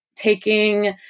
taking